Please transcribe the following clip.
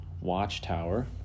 Watchtower